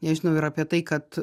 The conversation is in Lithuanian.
nežinau ir apie tai kad